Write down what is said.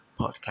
podcast